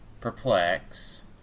Perplex